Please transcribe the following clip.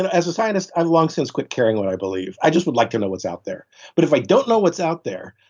and as a scientist, i long since quit caring what i believe. i just would like to know what's out there but if i don't know what's out there,